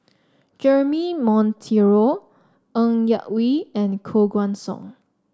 Jeremy Monteiro Ng Yak Whee and Koh Guan Song